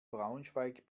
braunschweig